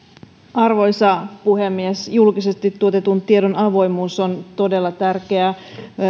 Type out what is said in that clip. arvoisa puhemies julkisesti tuotetun tiedon avoimuus on todella tärkeää